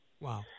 Wow